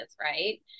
right